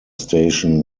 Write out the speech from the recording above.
station